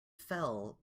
fell